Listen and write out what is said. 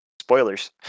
Spoilers